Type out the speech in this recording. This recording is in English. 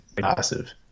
massive